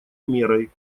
мерой